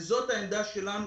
וזאת העמדה שלנו,